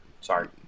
sorry